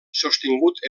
sostingut